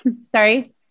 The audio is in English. Sorry